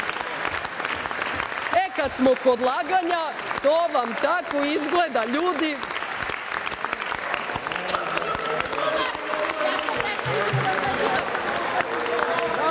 smo kod laganja, to vam tako izgleda, ljudi. Moj